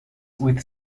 with